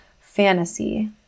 fantasy